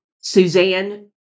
Suzanne